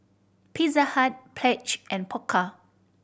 Pizza Hut Pledge and Pokka